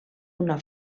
una